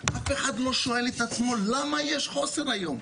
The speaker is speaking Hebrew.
אף אחד לא שואל את עצמו למה יש חוסר היום,